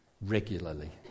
regularly